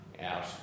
out